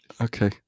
Okay